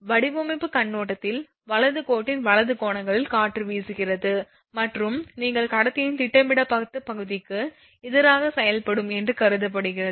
வடிவமைப்புக் கண்ணோட்டத்தில் வலது கோட்டின் வலது கோணங்களில் காற்று வீசுகிறது மற்றும் நீங்கள் கடத்தியின் திட்டமிடப்பட்ட பகுதிக்கு எதிராக செயல்படும் என்று கருதப்படுகிறது